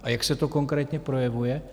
A jak se to konkrétně projevuje?